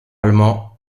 allemand